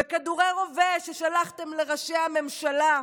בכדורי רובה ששלחתם לראשי הממשלה,